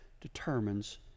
determines